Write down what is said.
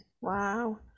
Wow